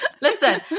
Listen